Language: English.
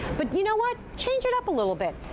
but you know what, change it up a little bit.